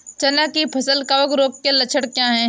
चना की फसल कवक रोग के लक्षण क्या है?